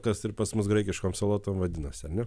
kas ir pas mus graikiškom salotom vadina ane